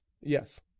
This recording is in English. Yes